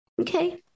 Okay